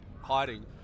hiding